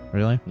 really? yeah,